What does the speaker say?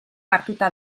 hartuta